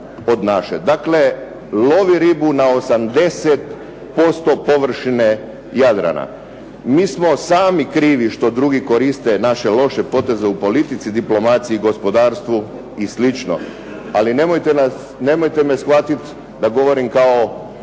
Dakle, lovi ribu na 80% površine Jadrana. Mi smo sami krivi što drugi koriste naše loše poteze u politici, diplomaciji, gospodarstvu i slično. Ali nemojte me shvatiti da govorim kao